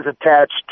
attached